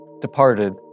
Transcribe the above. departed